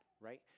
right